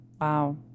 wow